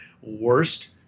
Worst